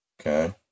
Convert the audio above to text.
Okay